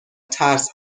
ترس